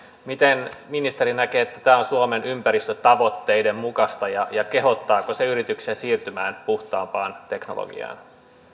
miten ministeri näkee että tämä on suomen ympäristötavoitteiden mukaista ja ja kehottaako se yrityksiä siirtymään puhtaampaan teknologiaan